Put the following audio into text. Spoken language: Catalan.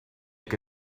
que